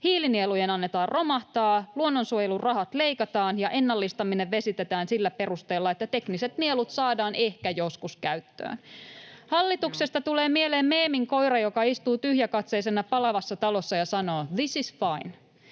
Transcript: Hiilinielujen annetaan romahtaa, luonnonsuojelun rahat leikataan ja ennallistaminen vesitetään sillä perusteella, että tekniset nielut saadaan ehkä joskus käyttöön. Hallituksesta tulee mieleen meemin koira, joka istuu tyhjäkatseisena palavassa talossa ja sanoo: "This is fine."